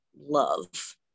love